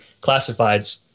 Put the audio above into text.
classifieds